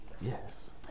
Yes